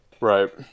Right